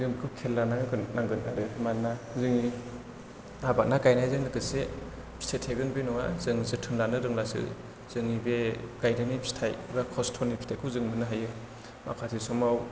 जों बेखौ खेल लानांगोन आरो मानोना जोंनि आबादा गायनायजों लोगोसे फिथाइ थायगोन बे नङा जों जोथोन लानो रोंब्लासो जोंनि बे गायजेननाय फिथाइ एबा खस्थ'नि फिथाइखौ जों मोननो हायो माखासे समाव